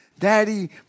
Daddy